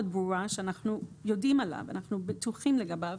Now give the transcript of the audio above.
ברור שאנחנו יודעים עליו ובטוחים לגביו.